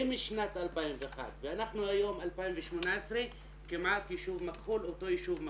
זה משנת 2001 ואנחנו היום 2018 כמעט והיישוב מכחול אותו יישוב מכחול,